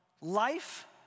life